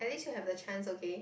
least you have the chance okay